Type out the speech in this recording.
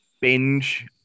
binge